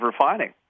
refining